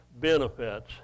benefits